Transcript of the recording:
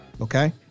okay